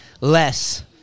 less